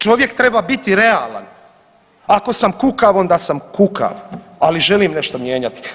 Čovjek treba biti realan, ako sam kukav onda sam kukav, ali želim nešto mijenjati.